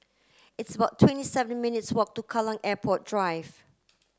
it's about twenty seven minutes' walk to Kallang Airport Drive